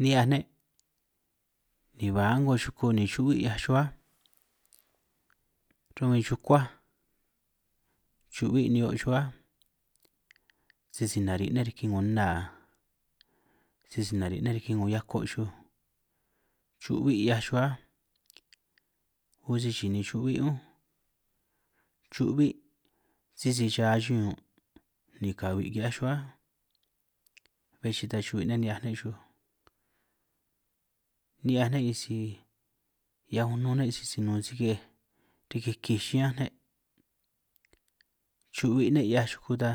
Ni'hiaj ne' ni baa a'ngo chuku ni chu'bi' 'hiaj chuj áj, run' huin chukuáj chu'bi' ni'hio' chuj áj, sisi nari' ne' riki 'ngo nna, sisi nari' ne' riki 'ngo hiako' chuj, chu'bi' 'hiaj chuj áj, huin si chi'i ni chu'bi' únj, chu'bi' sisi cha chuj un' ni kabi' ki'hiaj chuj áj be chi'i tan chu'bi' ne' ni'hiaj chuj ni'hiaj ne' isi hiaj unun ne' sisi nun sike'ej riki kij chián ne', chu'bi' ne' 'hiaj chuku ta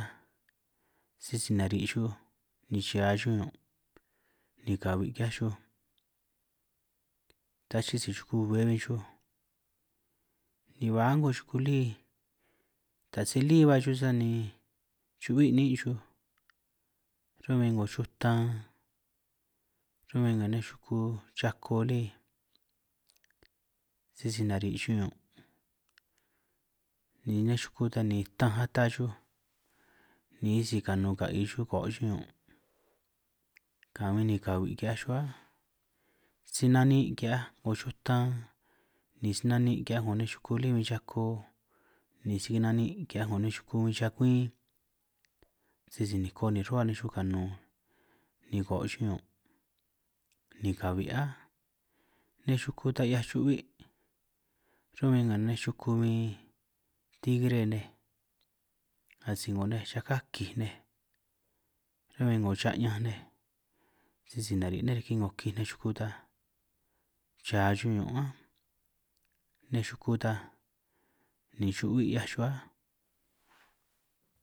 sisi nari' chuj ni cha chuj ñun' ni kabi' ki'hiaj chuj rachi'i si chuku bbe bin chuj ni ba a'nko chuku lí ni ta si lí hua chuj sani chu'bi' ni'in' chuj, run' bin 'ngo chutan run' 'ngo nej chuku chako lí sisi nari' chuj un' ni nej chuku tan ni tanj atan chuj ni isi ganun ga'i chuj ko'o chuj ñun' gahuin ni kahui' ki'hiaj chuj áj, si nanin' ki'hiaj 'ngo chutan ni si nani' ki'hiaj 'ngo nej chuku lí bin chako ni si gananin' ki'hiaj 'ngo nej chuku huin chakuín sisi niko nin' chuhua chuj ganun ni ko'o' chuj ñun' ni kahui' áj, nej chuku tan 'hiaj chu'bi' run' bin nej chuku huin tigre nej asi 'ngo nej chaká kij nej run' huin 'ngo cha'ñanj nej sisi nari' ne' riki 'ngo kij nej chuku taj cha chuj ñun' ánj nej chuku ta ni chu'bi' 'hiaj chuj áj.